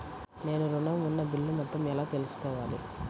నేను ఋణం ఉన్న బిల్లు మొత్తం ఎలా తెలుసుకోవాలి?